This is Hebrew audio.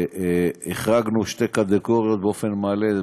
החרגנו שתי קטגוריות באופן מלא,